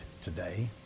today